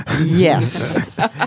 Yes